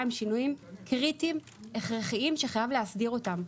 הם שינויים קריטיים הכרחיים שחייבים להסדיר אותם.